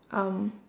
um